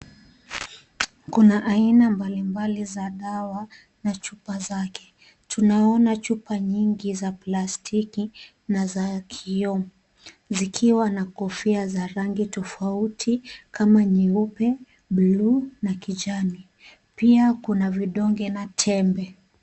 Kuna aina mbalimbali za dawa na chupa zake. Tunaona chupa nyingi za plastiki na za kioo zikiwa na kofia za rangi tofauti kama nyeupe, blue na kijani. Pia kuna vidonge na tembe.